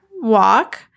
walk